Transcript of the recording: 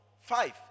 Five